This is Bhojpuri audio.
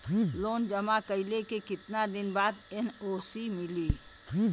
लोन जमा कइले के कितना दिन बाद एन.ओ.सी मिली?